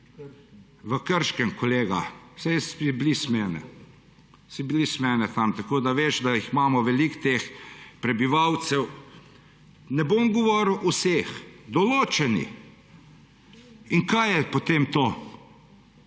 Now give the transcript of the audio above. V Krškem, kolega. Saj si blizu mene, si blizu mene tam, tako da veš, da imamo veliko teh prebivalcev. Ne bom govoril o vseh. Določeni. Kaj je potem to?